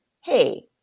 Hey